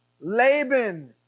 Laban